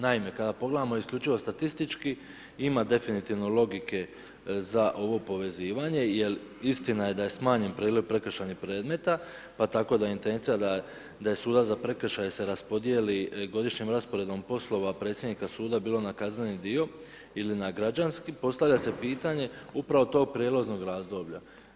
Naime, kada pogledamo isključivo statistički ima definitivno logike za ovo povezivanje jer istina je da je smanjen priljev prekršajnih predmeta pa tako da je intencija da sudac za prekršaje se raspodijeli godišnjom rasporedom poslova predsjednika suda bilo na kazneni dio ili na građanski, postavlja se pitanje upravo tog prijelaznog razdoblja.